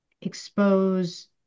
expose